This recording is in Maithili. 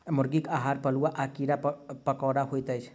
मुर्गीक आहार पिलुआ आ कीड़ा मकोड़ा होइत अछि